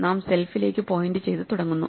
നാം സെൽഫിലേക്കു പോയിന്റ് ചെയ്തു തുടങ്ങുന്നു